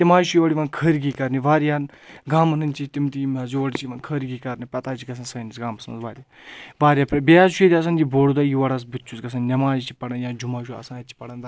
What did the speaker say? تِم حظ چھِ یورٕ یِوان خَرۍ گی کَرنہِ واریاہَن گامَن ہٕنٛدۍ چھِ تِم تہِ یِم حظ یور چھِ یِوان خَرۍ گی کَرنہِ پَتہٕ حظ چھِ گژھان سٲنِس گامَس منٛز واریاہ واریاہ بیٚیہِ حظ چھُ ییٚتہِ آسان یہِ بوٚڑ دۄہ یور حظ بٕتہِ چھُس گژھان نؠماز چھِ پَران یا جُمعہ چھُ آسان اَتہِ چھِ پران درگاہ